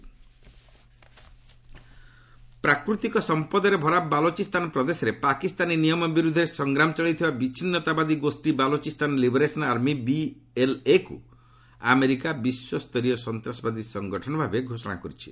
US Pak Baloch ପ୍ରାକୃତିକ ସମ୍ଭଦରେ ଭରା ବାଲୋଚିସ୍ତାନ ପ୍ରଦେଶରେ ପାକିସ୍ତାନୀ ନିୟମ ବିରୁଦ୍ଧରେ ସଂଗ୍ରାମ ଚଳାଇଥିବା ବିଚ୍ଛିନ୍ନତାବାଦୀ ଗୋଷୀ ବାଲୋଚିସ୍ତାନ ଲିବରେସନ୍ ଆର୍ମି ବିଏଲ୍ଏକୁ ଆମେରିକା ବିଶ୍ୱସ୍ତରୀୟ ସନ୍ତାସବାଦୀ ସଙ୍ଗଠନ ଭାବେ ଘୋଷଣା କରିଛି